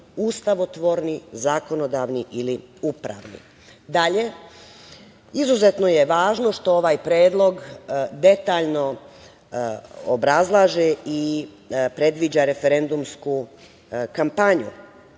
ustavotvorni, zakonodavni ili upravni. Dalje, izuzetno je važno što ovaj predlog detaljno obrazlaže i predviđa referendumsku kampanju,